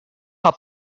how